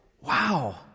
Wow